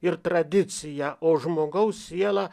ir tradicija o žmogaus siela